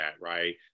right